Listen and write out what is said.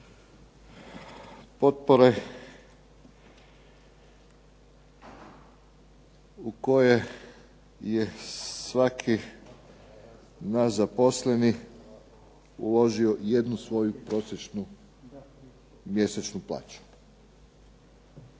Potpore u koje je svaki naš zaposleni uložio jednu svoju prosječnu mjesečnu plaću.